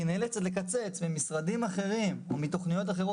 נאלצת לקצץ ממשרדים אחרים או מתוכניות אחרות,